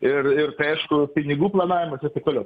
ir ir tai aišku pinigų planavimas ir taip toliau